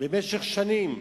במשך שנים,